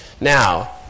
Now